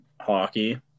hockey